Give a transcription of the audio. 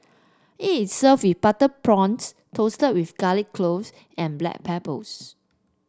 it is served with butter prawns tossed with garlic cloves and black peppers